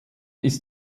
ist